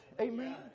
Amen